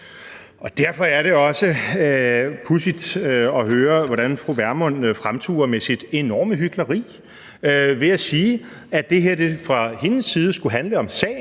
Og derfor er det også pudsigt at høre, hvordan fru Vermund fremturer med sit enorme hykleri ved at sige, at det her fra hendes side skulle handle om sagen,